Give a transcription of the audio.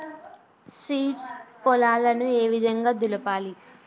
Seeds పొలాలను ఏ విధంగా దులపాలి?